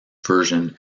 version